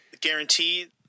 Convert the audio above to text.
guarantee